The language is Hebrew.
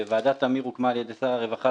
וועדת תמיר הוקמה על ידי שר הרווחה